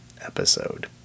episode